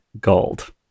gold